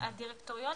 הדירקטוריון